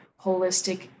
holistic